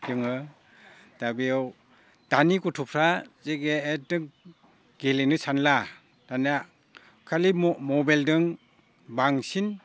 जोङो दा बेयाव दानि गथ'फ्रा जे एकदोम गेलेनो सानला दानिया खालि मबाइलजों बांसिन